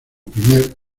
primer